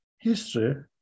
history